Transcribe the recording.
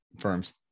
firms